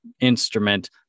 instrument